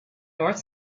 north